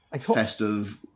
festive